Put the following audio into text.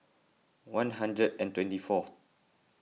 one hundred and twenty fourth